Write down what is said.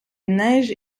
neige